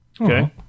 okay